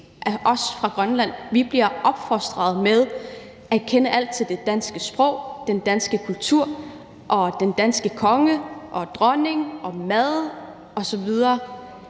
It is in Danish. af os fra Grønland bliver opfostret med at kende alt til det danske sprog, den danske kultur, den danske konge og dronning og mad osv.,